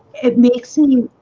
it makes and you